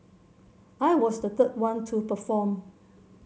I was the third one to perform